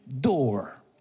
door